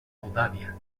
moldàvia